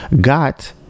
got